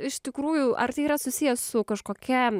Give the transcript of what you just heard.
iš tikrųjų ar tai yra susiję su kažkokia